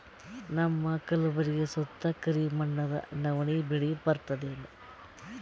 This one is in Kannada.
ನಮ್ಮ ಕಲ್ಬುರ್ಗಿ ಸುತ್ತ ಕರಿ ಮಣ್ಣದ ನವಣಿ ಬೇಳಿ ಬರ್ತದೇನು?